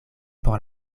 por